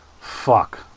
Fuck